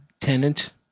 Tenant